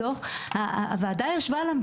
יש שניים,